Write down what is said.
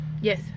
Yes